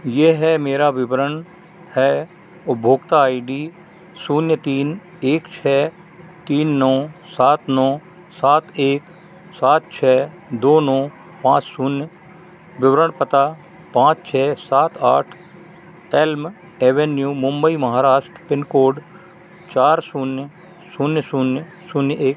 यह है मेरा विवरण है उपभोक्ता आई डी शून्य तीन एक छः तीन नौ सात नौ सात एक सात छः दो नौ पाँच शून्य विवरण पता पाँच छः सात आठ Elm Avenue Mumbai Maharashtra pin code चार शून्य शून्य शून्य शून्य एक